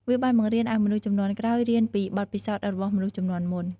វាបានបង្រៀនឱ្យមនុស្សជំនាន់ក្រោយរៀនពីបទពិសោធន៍របស់មនុស្សជំនាន់មុន។